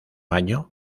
año